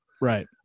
right